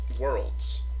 worlds